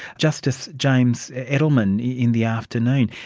justice james edelman in the afternoon.